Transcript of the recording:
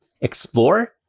Explore